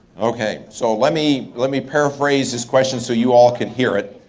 okay so let me let me paraphrase his question so you all can hear it.